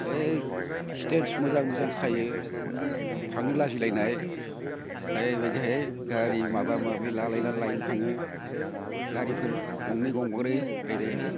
ओइ स्टेज मोजां मोजां खायो थांनो लाजि लायनाय ओरैबादिहाय गारि माबा माबि लालायनानै लायनो थाङो गारिफोर गंनै गंब्रै ओरै ओरैहाय